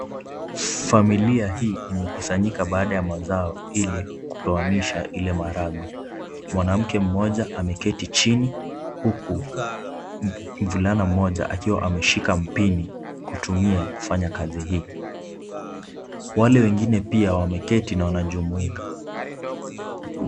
Familia hii imekusanyika baada ya mazao ili kutoanisha ile maharagwe. Mwanamke mmoja ameketi chini huku mvulana mmoja akiwa ameshika mpini kutumia kufanya kazi hii. Wale wengine pia wameketi na wanajumuika.